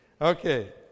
Okay